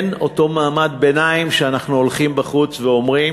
כן, אותו מעמד ביניים שכשאנחנו הולכים בחוץ אומר: